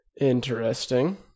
Interesting